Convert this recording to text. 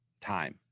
time